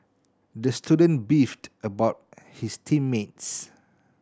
the student beefed about his team mates